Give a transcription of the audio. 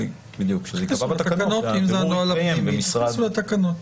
אם זה הנוהל הפנימי תכניסו את זה לקנות.